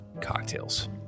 cocktails